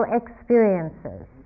experiences